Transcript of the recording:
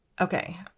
Okay